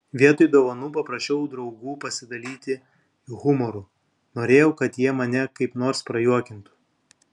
vietoj dovanų paprašiau draugų pasidalyti humoru norėjau kad jie mane kaip nors prajuokintų